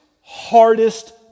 hardest